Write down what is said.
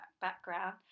background